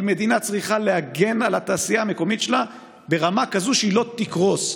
אבל מדינה צריכה להגן על התעשייה המקומית שלה ברמה כזו שהיא לא תקרוס.